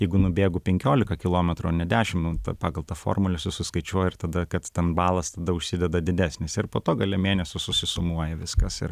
jeigu nubėgu penkiolika kilometrų o ne dešim nu pagal tą formulę suskaičiuoja ir tada kad ten balas tada užsideda didesnis ir po to gale mėnesio susisumuoja viskas ir